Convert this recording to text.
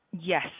Yes